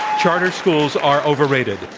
charter schools are overrated.